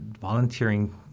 volunteering